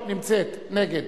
נגד